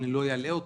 אני לא אלאה אתכם,